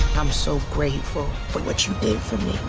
i'm so grateful for what you did for me,